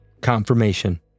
Confirmation